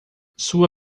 sua